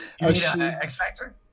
X-Factor